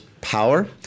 power